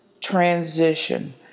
Transition